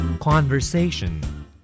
Conversation